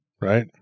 right